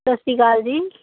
ਸਤਿ ਸ਼੍ਰੀ ਅਕਾਲ ਜੀ